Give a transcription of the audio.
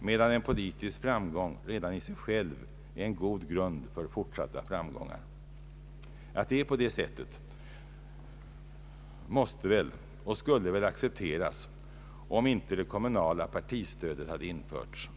medan en politisk framgång redan i sig själv är en god grund för fort Allmänpolitisk debatt satta framgångar. Att det är på det sättet måste och skulle väl accepteras, om inte det kommunala partistödet hade införts.